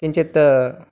किञ्चित्